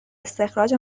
استخراج